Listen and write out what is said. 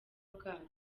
bwacyo